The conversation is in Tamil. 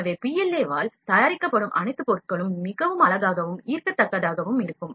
எனவே PLA வால் தயாரிக்கப்படும் அனைத்துப் பொருட்களும் மிகவும் அழகாகவும் ஈற்கதக்கதாகவும் இருக்கும்